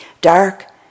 dark